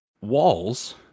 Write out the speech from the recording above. walls